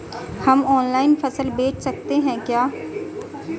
हम ऑनलाइन फसल बेच सकते हैं क्या?